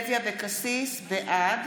אבקסיס, בעד